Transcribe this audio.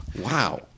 Wow